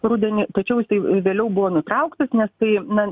rudenį tačiau jisai vėliau buvo nutrauktas nes tai na